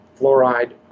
fluoride